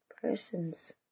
persons